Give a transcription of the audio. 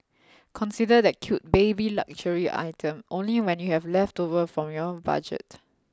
consider that cute baby luxury item only when you have leftovers from your own budget